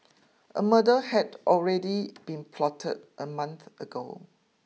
a murder had already been plotted a month ago